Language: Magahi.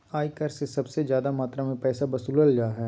आय कर से सबसे ज्यादा मात्रा में पैसा वसूलल जा हइ